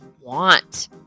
want